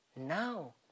now